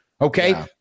Okay